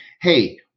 Hey